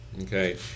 Okay